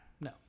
no